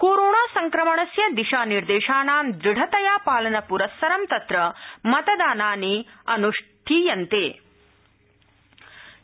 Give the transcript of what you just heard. कोरोणासंक्रमणस्य दिशानिर्देशानां दुढ़तया पालनपुरस्सरं तत्र मतदानानि प्रचलन्ति